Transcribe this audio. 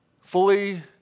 fully